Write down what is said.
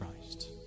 Christ